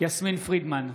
יסמין פרידמן,